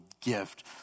gift